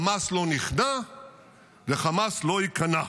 חמאס לא נכנע וחמאס לא ייכנע.